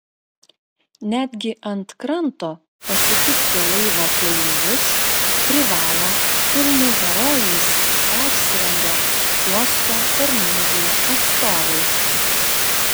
netgi ant kranto pasitikti laivo keleivius privalo filmų herojais persirengę uosto tarnybų atstovai